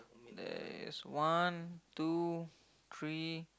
there's is one two three